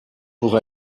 pour